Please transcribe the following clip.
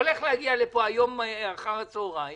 הולכת להגיע לפה היום אחר הצוהריים